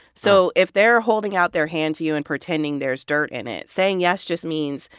so if they're holding out their hand to you and pretending there's dirt in it, saying yes just means,